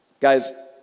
Guys